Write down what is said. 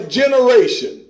generation